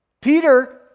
Peter